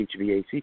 HVAC